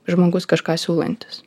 žmogus kažką siūlantis